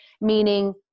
meaning